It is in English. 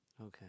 Okay